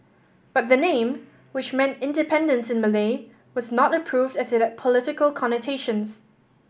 but the name which meant independence in Malay was not approved as it had political connotations